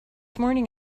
morning